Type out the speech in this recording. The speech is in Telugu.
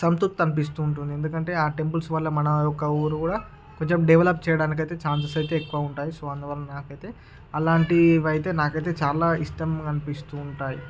సంతృప్తి అనిపిస్తుంటుంది ఎందుకంటే ఆ టెంపుల్స్ వల్ల మన యొక్క ఊరు కూడా కొంచెం డెవలప్ చేయడానికైతే ఛాన్సెస్ అయితే ఎక్కువ ఉంటాయి సో అందువల్ల నాకైతే అలాంటివైతే నాకైతే చాలా ఇష్టం అనిపిస్తూ ఉంటాయి